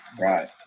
right